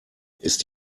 ist